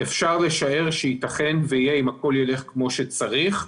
אפשר לשער שייתכן ויהיה, אם הכול ילך כמו שצריך,